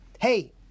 hey